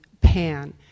pan